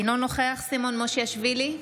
אינו נוכח סימון מושיאשוילי,